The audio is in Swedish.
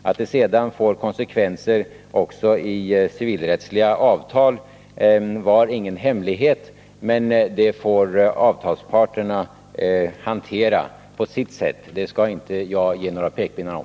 Att det får konsekvenser också i civilrättsliga avtal var ingen hemlighet, men det får avtalsparterna hantera på sitt sätt. Det skall inte jag ge några pekpinnar om.